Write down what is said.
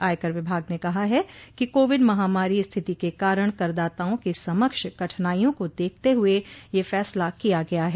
आयकर विभाग ने कहा है कि कोविड महामारी स्थिति के कारण करदाताओं के समक्ष कठिनाइयों को देखते हुए यह फैसला किया गया है